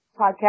podcast